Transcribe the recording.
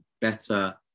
better